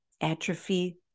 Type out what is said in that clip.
Atrophy